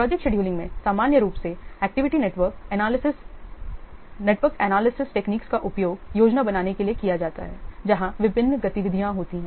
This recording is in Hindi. प्रोजेक्ट शेड्यूलिंग में सामान्य रूप से गतिविधि नेटवर्क एनालिसिस तकनीकों का उपयोग योजना बनाने के लिए किया जाता है जहां विभिन्न गतिविधियां होती हैं